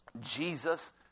Jesus